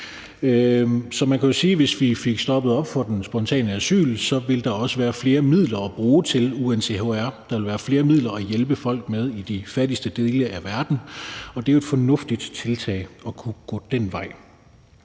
Så man kan sige, at hvis vi fik stoppet den spontane asyl, ville der også være flere midler at bruge til UNHCR, og der ville være flere midler at hjælpe folk med i de fattigste dele af verden, og det er jo et fornuftigt tiltag at kunne gå den vej.